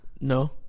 No